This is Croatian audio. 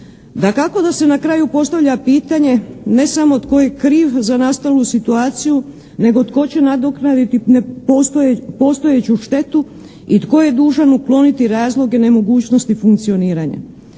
Dakako da se na kraju postavlja pitanje ne samo tko je kriv za nastalu situaciju nego tko će nadoknaditi postojeću štetu i tko je dužan ukloniti razloge nemogućnosti funkcioniranja.